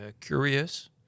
curious